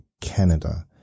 Canada